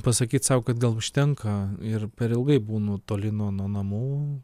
pasakyt sau kad gal užtenka ir per ilgai būnu toli nuo nuo namų